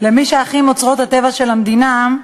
למי שייכים אוצרות הטבע של המדינה,